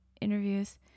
interviews